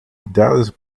dallas